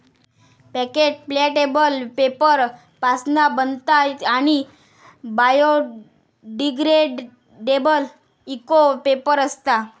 packet प्लॅटेबल paper पासना बनता आणि बायोडिग्रेडेबल इको पेपर असता